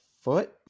foot